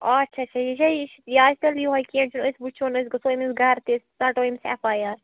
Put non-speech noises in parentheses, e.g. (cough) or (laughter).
آچھا اچھا (unintelligible) یہِ چھا یہ چھِ یہِ آسہِ تیٚلہِ یہوٚے کیٚنہہ چھُنہٕ أسۍ وٕچھ ہون أسۍ گٔژھو أمِس گرٕ تہِ أسۍ ژَٹو أمِس ایف آی آر